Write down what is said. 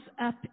up